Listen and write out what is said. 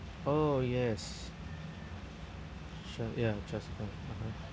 oh yes sure ya just mm (uh huh)